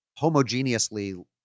homogeneously